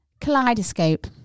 Kaleidoscope